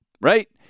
Right